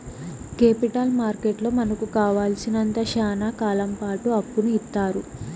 capital మార్కెట్లో మనకు కావాలసినంత శ్యానా కాలంపాటు అప్పును ఇత్తారు